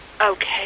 Okay